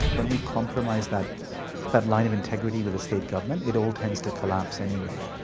when we compromise that that line of integrity with the state government, it all tends to collapse anyway.